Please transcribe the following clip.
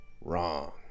wrong